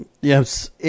yes